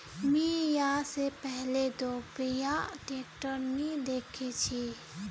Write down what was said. मी या से पहले दोपहिया ट्रैक्टर नी देखे छी